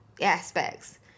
aspects